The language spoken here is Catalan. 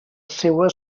seua